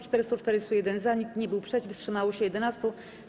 441 - za, nikt nie był przeciw, wstrzymało się 11.